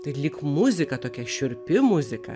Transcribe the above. tai lyg muzika tokia šiurpi muzika